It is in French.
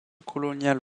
coloniale